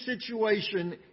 situation